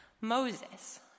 Moses